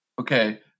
okay